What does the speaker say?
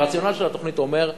הרציונל של התוכנית אומר,